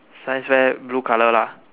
science fair blue colour lah